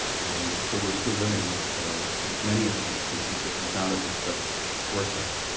and so we're still living with with many of the institutions that he founded with such foresight.